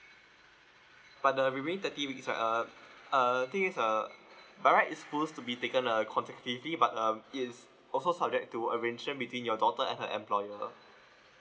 but the remaining thirty weeks uh err I think is uh by right it's supposed to be taken uh consecutively but um it's also subject to arrangement between your daughter and her employer